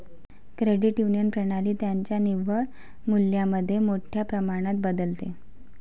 credit union प्रणाली त्यांच्या निव्वळ मूल्यामध्ये मोठ्या प्रमाणात बदलते